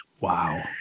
Wow